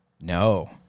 No